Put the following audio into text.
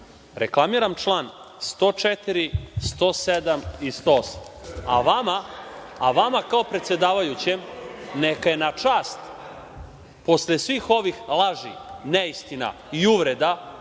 reklamiram čl. 104, 107. i 108, a vama kao predsedavajućem neka je na čast, posle svih ovih laži, neistina i uvreda